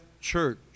church